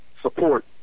support